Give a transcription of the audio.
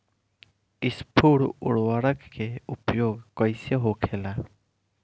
स्फुर उर्वरक के उपयोग कईसे होखेला?